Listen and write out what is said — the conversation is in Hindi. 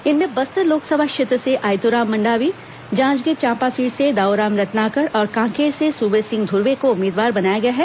इनमें बस्तर लोकसभा क्षेत्र से आयत्राम मंडावी जांजगीर चांपा सीट से दाऊराम रत्नाकर और कांकेर से सूबे सिंह ध्रवे को उम्मीदवार बनाया गया है